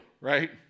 right